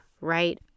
right